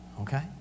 Okay